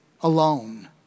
alone